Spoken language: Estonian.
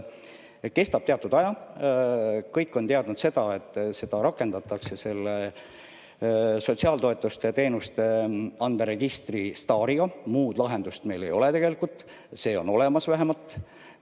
kestab teatud aja. Kõik on teadnud seda, et seda rakendatakse sotsiaalteenuste ja -toetuste andmeregistri STAR-iga. Muud lahendust meil ei ole tegelikult, see on vähemalt